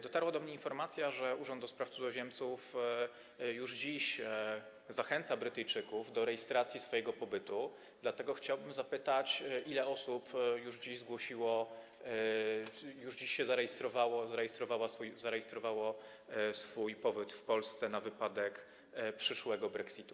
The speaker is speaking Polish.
Dotarła do mnie informacja, że Urząd do Spraw Cudzoziemców już dziś zachęca Brytyjczyków do rejestracji pobytu, dlatego chciałbym zapytać, ile osób już dziś to zgłosiło, już dziś się zarejestrowało, zarejestrowało swój pobyt w Polsce na wypadek przyszłego brexitu.